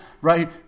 right